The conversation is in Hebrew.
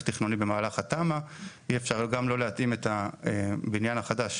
תכנוני במהלך התמ"א אי אפשר גם לא להתאים את הבניין החדש